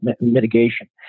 mitigation